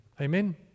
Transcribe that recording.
Amen